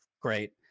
Great